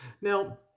Now